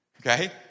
Okay